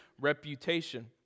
reputation